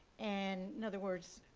and in other words,